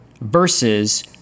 versus